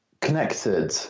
connected